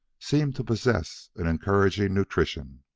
seemed to posess an encouraging nutrition.